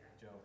Joe